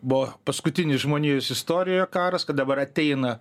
buvo paskutinis žmonijos istorijoje karas kad dabar ateina